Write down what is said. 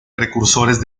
precursores